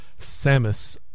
Samus